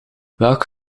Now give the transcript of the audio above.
welk